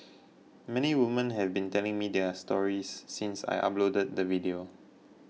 many women have been telling me their stories since I uploaded the video